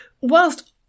whilst